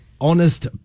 honest